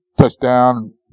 Touchdown